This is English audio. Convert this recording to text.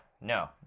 no